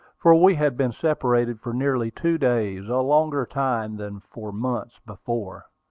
for we had been separated for nearly two days, a longer time than for months before.